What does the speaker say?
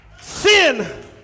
Sin